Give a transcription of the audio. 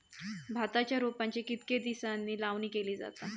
भाताच्या रोपांची कितके दिसांनी लावणी केली जाता?